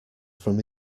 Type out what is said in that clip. from